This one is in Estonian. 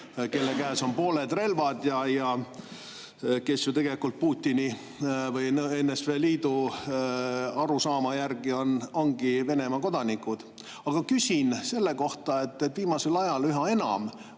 kelle käes on pooled relvad ja kes ju tegelikult Putini või NSV Liidu arusaama järgi ongi Venemaa kodanikud. Aga küsin selle kohta, et viimasel ajal on